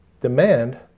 demand